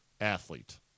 athlete